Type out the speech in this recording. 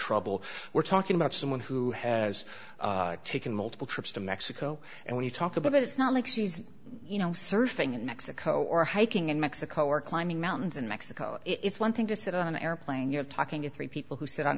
trouble we're talking about someone who has taken multiple trips to mexico and when you talk about it it's not like she's you know surfing in mexico or hiking in mexico or climbing mountains in mexico it's one thing to sit on an airplane you're talking to three people who sit on